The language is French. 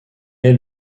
est